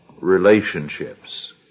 Relationships